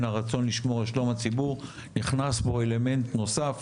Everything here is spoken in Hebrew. הרצון לשמור על שלום הציבור נכנס אלמנט נוסף